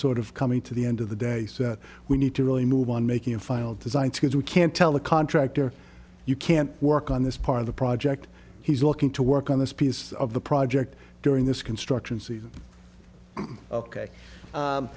sort of coming to the end of the day so we need to really move on making a final design because we can't tell the contractor you can't work on this part of the project he's looking to work on this piece of the project during this construction season ok